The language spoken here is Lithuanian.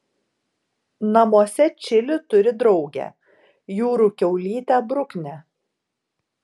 namuose čili turi draugę jūrų kiaulytę bruknę